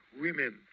women